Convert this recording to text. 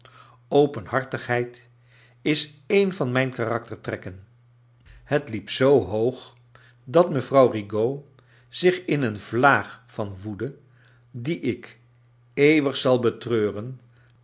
openhartigheid is een van mijn karaktertrekken het liep zoo hoog dat mevrouw rigaud zich in een vlaag van woedc die ik eeuwig zal betreuren